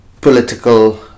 political